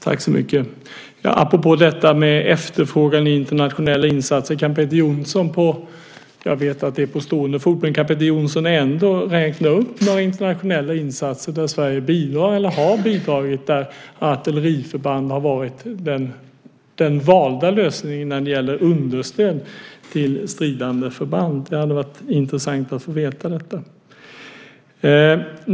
Herr talman! Apropå efterfrågan i internationella insatser: Jag är medveten om att det är på stående fot, men kan Peter Jonsson räkna upp några internationella insatser där Sverige bidrar eller har bidragit genom att artilleriförband har varit den valda lösningen när det gäller understöd till stridande förband? Det hade varit intressant att få veta detta.